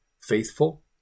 Faithful